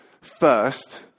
First